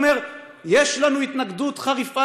הוא אומר: יש לנו התנגדות חריפה